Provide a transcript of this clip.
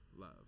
love